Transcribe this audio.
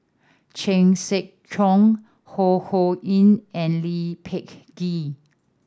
Chan Sek Keong Ho Ho Ying and Lee Peh Gee